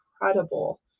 incredible